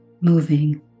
moving